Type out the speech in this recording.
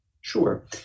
Sure